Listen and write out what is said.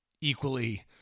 equally